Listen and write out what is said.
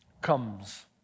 comes